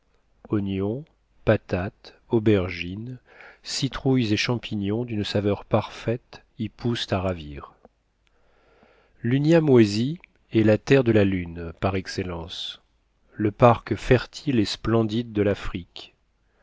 oignons patates aubergines citrouilles et champignons d'une saveur parfaite y poussent à ravir l'unyamwezy est la terre de la lune par excellence le parc fertile et splendide de l'afrique